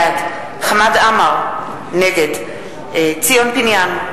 בעד חמד עמאר, נגד ציון פיניאן,